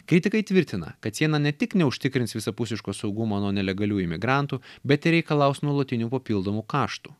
kritikai tvirtina kad siena ne tik neužtikrins visapusiško saugumo nuo nelegalių imigrantų bet ir reikalaus nuolatinių papildomų kaštų